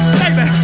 baby